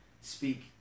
speak